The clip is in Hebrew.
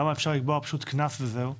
למה אי-אפשר לקבוע קנס וזהו?